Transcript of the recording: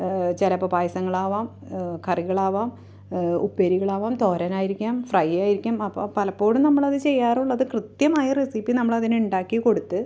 ചിലപ്പോൾ പായസങ്ങളാവാം കറികളാവാം ഉപ്പേരികളാവാം തോരനായിരിക്കാം ഫ്രൈയ്യായിരിക്കാം അപ്പോൾ പലപ്പോഴും നമ്മൾ അത് ചെയ്യാറുള്ളത് കൃത്യമായ റെസിപ്പി നമ്മൾ അതിനുണ്ടാക്കി കൊടുത്ത്